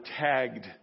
tagged